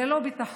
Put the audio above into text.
זה לא ביטחון,